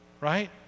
Right